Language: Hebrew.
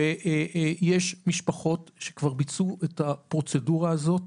ויש משפחות שכבר ביצעו את הפרוצדורה הזאת.